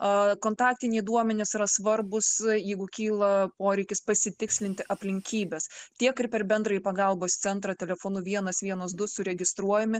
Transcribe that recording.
a kontaktiniai duomenys yra svarbūs jeigu kyla poreikis pasitikslinti aplinkybes tiek ir per bendrąjį pagalbos centrą telefonu vienas vienas du suregistruojami